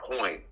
point